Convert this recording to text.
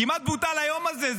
כמעט בוטל היום הזה.